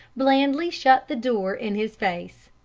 blandly shut the door in his face.